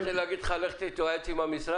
אני לא רוצה להגיד לך: תתייעץ עם המשרד,